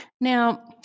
Now